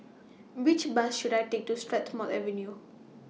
Which Bus should I Take to Strathmore Avenue